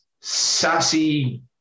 sassy